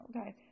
okay